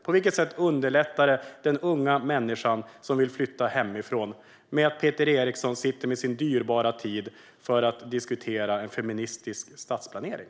På vilket sätt underlättar det för den unga människan som vill flytta hemifrån att Peter Eriksson på sin dyrbara tid sitter och diskuterar feministisk stadsplanering?